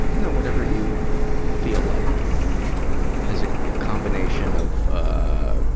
um no, whatever you feel like has a combination of, ah,